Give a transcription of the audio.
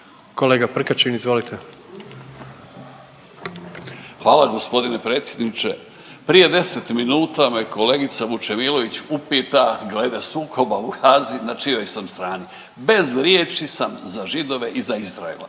Ante (Nezavisni)** Hvala g. predsjedniče. Prije 10 minuta me kolegica Vučemilović upita glede sukoba u Gazi na čijoj sam strani. Bez riječi sam za Židove iza Izraela,